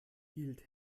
hielt